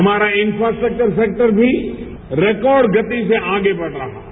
हमारा infrastructure sector भी record गति से आगे बढ़ रहा है